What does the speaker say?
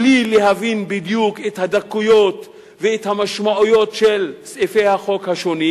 בלי להבין בדיוק את הדקויות ואת המשמעויות של סעיפי החוק השונים.